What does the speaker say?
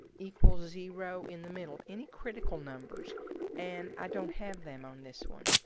equals zero in the middle any critical numbers and i don't have them on this one.